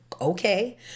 okay